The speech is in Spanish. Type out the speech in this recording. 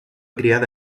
criada